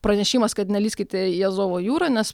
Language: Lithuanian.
pranešimas kad nelįskite į azovo jūrą nes